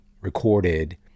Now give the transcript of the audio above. recorded